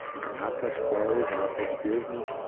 when i touch clothes, when i touch business,